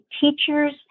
teachers